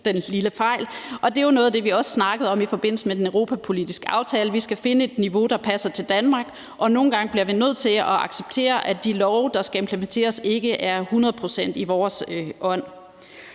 det er jo noget af det, vi også snakkede om i forbindelse med den europapolitiske aftale. Vi skal finde et niveau, der passer til Danmark, og nogle gange bliver vi nødt til at acceptere, at de direktiver, der skal implementeres, ikke er hundrede procent i vores ånd.